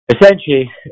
essentially